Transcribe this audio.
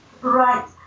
Right